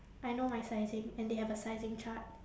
I know my sizing and they have a sizing chart